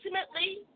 Ultimately